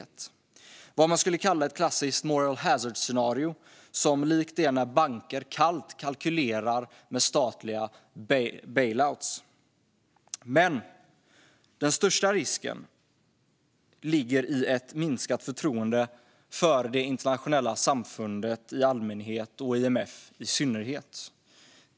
Det är vad man skulle kalla ett klassiskt moral hazard-scenario, likt när banker kallt kalkylerar med statliga bailouts. Den största risken ligger dock i ett minskat förtroende för det internationella samfundet i allmänhet och IMF i synnerhet.